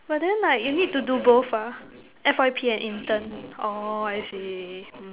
but then like you need to do both ah F_Y_P and intern orh I see